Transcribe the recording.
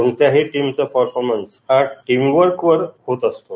कोणत्याही टिमचा परफॉर्मन्स हा टिमवर्कवर होत असतो